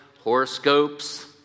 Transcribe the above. horoscopes